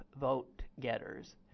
vote-getters